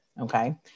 Okay